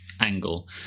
angle